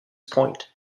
point